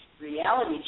reality